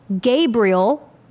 Gabriel